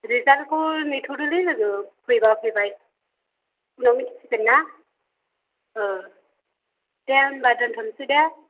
रिजाल्टखौ नेथ'दोलै लोगो फैबा फैबाय उनाव मिन्थिसिगोनना ओ दे होमबा दोनथ'नोसै दे